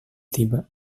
tiba